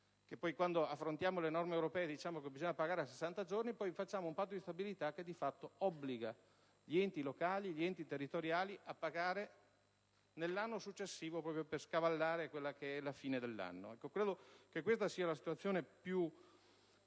Quando affrontiamo le norme europee diciamo che bisogna pagare a 60 giorni, e poi facciamo il Patto di stabilità che di fatto obbliga gli enti locali e territoriali a pagare nell'anno successivo per scavallare la fine dell'anno. Ecco, credo che questa sia la situazione su cui